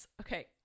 Okay